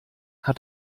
hat